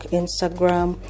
instagram